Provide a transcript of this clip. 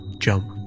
jump